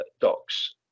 doc's